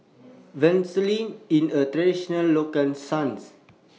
Vermicelli IS A Traditional Local Cuisine